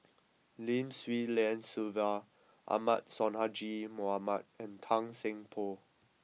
Lim Swee Lian Sylvia Ahmad Sonhadji Mohamad and Tan Seng Poh